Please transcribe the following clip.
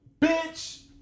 Bitch